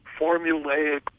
formulaic